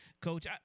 coach